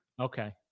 Okay